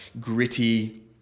gritty